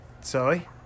Sorry